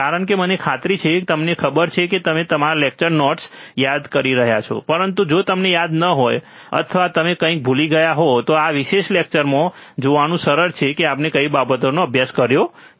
કારણ કે મને ખાતરી છે કે તમને ખબર છે કે તમે તમારી લેક્ચર નોટ્સ યાદ કરી રહ્યાં છો પરંતુ જો તમને યાદ ન હોય અથવા તમે કંઇક ભૂલી ગયા હો તો આ વિશેષલેક્ચરમાં જોવાનું સરળ છે કે આપણે કઈ બાબતોનો અભ્યાસ કર્યો છે